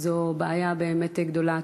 זו בעיה באמת גדולה.